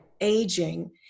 aging